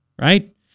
Right